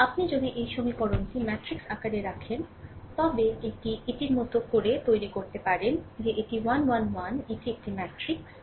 আপনি যদি এই সমীকরণটি ম্যাট্রিক্স আকারে রাখেন তবে এটি এটির মতো করে তৈরি করতে পারেন যে এটি 1 1 1 এটি একটি ম্যাট্রিক্স